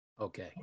Okay